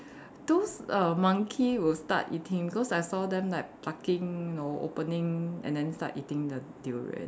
those err monkey will start eating cause I saw them like plucking you know opening and then start eating the durian